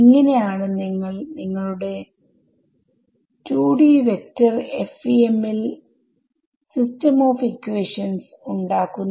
ഇങ്ങനെ ആണ് നിങ്ങൾ നിങ്ങളുടെ 2D വെക്ടർ FEM ൽ സിസ്റ്റം ഓഫ് ഇക്വേഷൻസ് ഉണ്ടാക്കുന്നത്